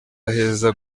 aheza